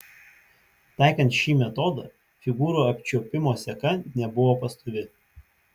taikant šį metodą figūrų apčiuopimo seka nebuvo pastovi